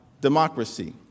democracy